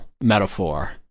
metaphor